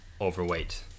overweight